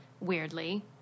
weirdly